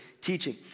teaching